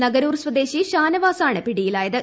നഗരൂർ സ്വദേശി ഷാനവാസാണ് പിടിയിലായത്